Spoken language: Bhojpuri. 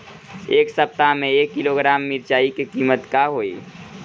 एह सप्ताह मे एक किलोग्राम मिरचाई के किमत का होई?